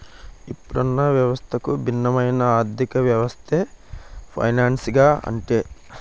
ఇప్పుడున్న వ్యవస్థకు భిన్నమైన ఆర్థికవ్యవస్థే ఫైనాన్సింగ్ అంటే